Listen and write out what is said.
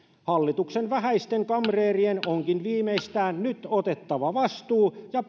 hallituksen vähäisten kamreerien onkin viimeistään nyt otettava vastuu ja